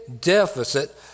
deficit